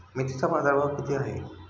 मेथीचा बाजारभाव किती आहे?